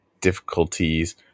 difficulties